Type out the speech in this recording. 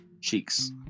Cheeks